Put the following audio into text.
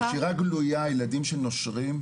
נשירה גלויה הם ילדים שנושרים,